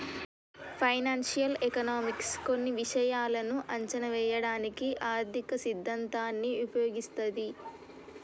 financial economics కొన్ని విషయాలను అంచనా వేయడానికి ఆర్థిక సిద్ధాంతాన్ని ఉపయోగిస్తది